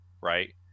right